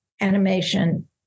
animation